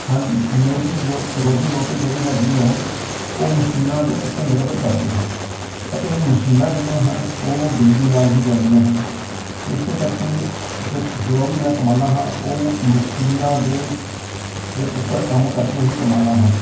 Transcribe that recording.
ਹਾਂਜੀ ਮੇਰੀ ਜ਼ੋ ਰੋਜ਼ੀ ਰੋਟੀ ਜਿਹੜੀ ਹੈਗੀ ਆ ਉਹ ਮਸ਼ੀਨਾਂ ਦੇ ਉੱਤੇ ਨਿਰਭਰ ਕਰਦੀ ਹੈ ਅਤੇ ਮਸ਼ੀਨਾਂ ਜਿਹੜੀਆਂ ਹਨ ਉਹ ਬਿਜਲੀ ਨਾਲ ਹੀ ਚੱਲਦੀਆਂ ਹਨ ਇਸੇ ਕਰਕੇ ਜਿ ਜੋ ਵੀ ਮੈਂ ਕਮਾਉਂਦਾ ਹਾਂ ਉਹ ਮਸ਼ੀਨਾਂ ਦੇ ਤੇ ਉੱਪਰ ਕੰਮ ਕਰਕੇ ਹੀ ਕਮਾਉਂਦਾ ਹਾਂ